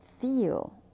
feel